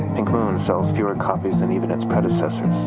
pink moon sells fewer copies than even its predecessors.